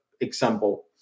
example